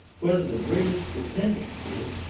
whether the british dependencies,